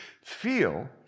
feel